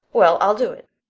well, i'll do it.